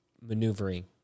maneuvering